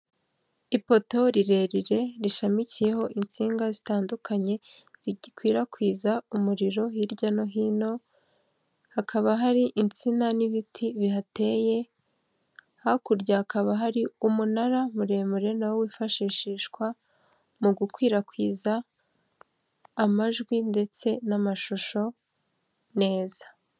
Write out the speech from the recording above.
Ipoto rirerire rishamikiyeho insinga zitandukanye zigikwirakwiza umuriro hirya no hino, hakaba hari insina n'ibiti bihateye, hakurya hakaba hari umunara muremure nawo wifashishishwa mu gukwirakwiza amajwi ndetse n'amashusho neza.